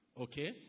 okay